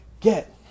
get